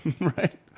right